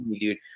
dude